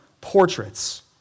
portraits